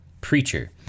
preacher